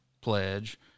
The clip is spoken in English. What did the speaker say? pledge